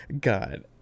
God